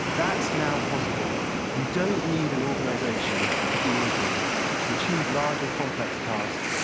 that's now possible you don't need an organization to be organized, to achieve large and complex tasks,